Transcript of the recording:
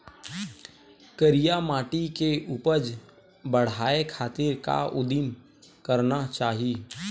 करिया माटी के उपज बढ़ाये खातिर का उदिम करना चाही?